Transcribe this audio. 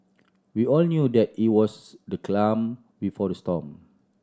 we all knew that it was the calm before the storm